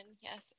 Yes